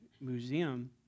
museum